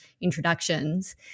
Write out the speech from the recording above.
introductions